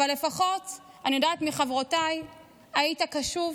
אבל לפחות אני יודעת מחברותיי שהיית קשוב,